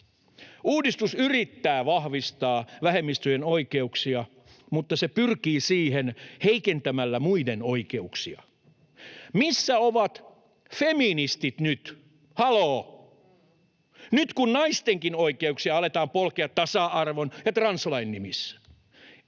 Uudistus yrittää vahvistaa vähemmistöjen oikeuksia, mutta se pyrkii siihen heikentämällä muiden oikeuksia. Missä ovat feministit nyt, haloo, kun naistenkin oikeuksia aletaan polkea tasa-arvon ja translain nimissä?